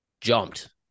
jumped